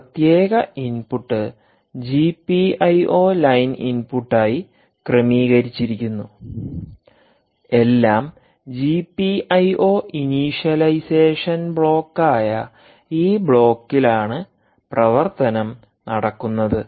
ആ പ്രത്യേക input GPIO line ഇൻപുട്ടായി ക്രമീകരിച്ചിരിക്കുന്നു എല്ലാം ജിപിഐഒ ഇനീഷ്യലൈസേഷൻ ബ്ലോക്കായ ഈ ബ്ലോക്കിലാണ് പ്രവർത്തനം നടക്കുന്നത്